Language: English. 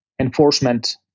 enforcement